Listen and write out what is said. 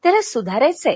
त्याला सुधारायचं आहे